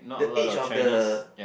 the age of the